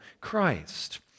Christ